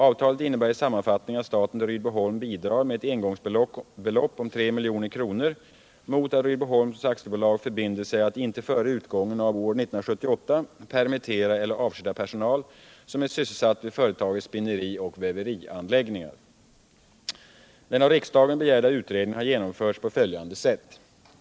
Avtalet innebär i sammanfattning att staten till Rydboholm bidrar med ett engångsbelopp om 3 milj.kr. mot att Rydboholms AB förbinder sig att inte före utgången av år 1978 permittera eller avskeda personal, som är sysselsatt vid företagets spinnerioch väverianläggningar. Den av riksdagen begärda utredningen har genomförts på följande sätt.